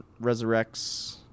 resurrects